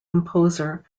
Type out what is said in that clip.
composer